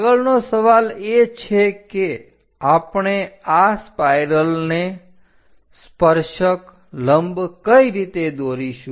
આગળનો સવાલ એ છે કે આપણે આ સ્પાઇરલને સ્પર્શક લંબ કઈ રીતે દોરીશું